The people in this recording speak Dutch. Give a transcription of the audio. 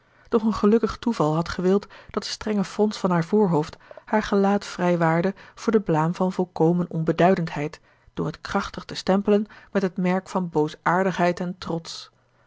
doch een gelukkig toeval had gewild dat de strenge frons van haar voorhoofd haar gelaat vrijwaarde voor de blaam van volkomen onbeduidendheid door het krachtig te stempelen met het merk van boosaardigheid en trots